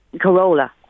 Corolla